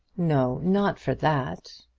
no not for that.